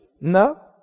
No